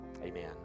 Amen